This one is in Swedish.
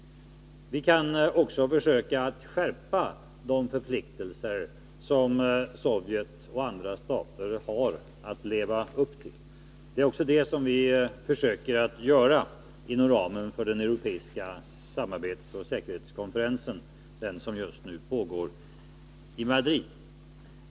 Vi kan också försöka att skärpa de förpliktelser som Sovjet och andra stater har att leva upp till. Det är det vi försöker att göra inom ramen för den europeiska samarbetsoch säkerhetskonferensen, som just nu pågår i Madrid.